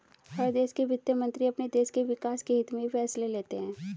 हर देश के वित्त मंत्री अपने देश के विकास के हित्त में ही फैसले लेते हैं